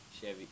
chevy